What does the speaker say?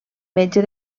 metge